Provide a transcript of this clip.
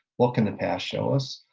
what can the past show us?